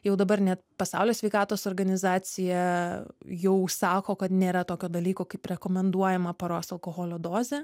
jau dabar net pasaulio sveikatos organizacija jau sako kad nėra tokio dalyko kaip rekomenduojama paros alkoholio dozė